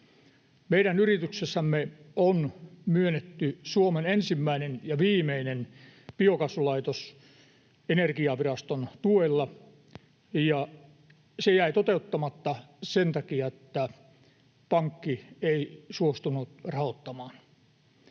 Meidän yrityksessämme on myönnetty Suomen ensimmäinen ja viimeinen biokaasulaitos Energiaviraston tuella, ja se jäi toteuttamatta sen takia, että pankki ei suostunut rahoittamaan.